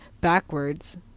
backwards